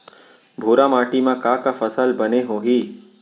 भूरा माटी मा का का फसल बने होही?